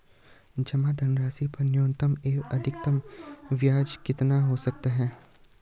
जमा धनराशि पर न्यूनतम एवं अधिकतम ब्याज कितना हो सकता है?